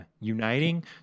uniting